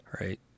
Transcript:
right